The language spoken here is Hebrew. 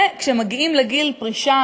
וכשהם מגיעים לגיל פרישה,